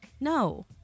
No